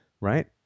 Right